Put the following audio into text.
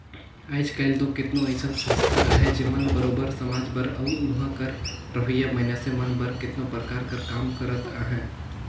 आएज काएल दो केतनो अइसन संस्था अहें जेमन बरोबेर समाज बर अउ उहां कर रहोइया मइनसे मन बर केतनो परकार कर काम करत अहें